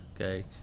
okay